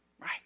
right